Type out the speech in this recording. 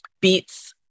beets